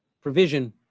provision